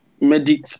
medic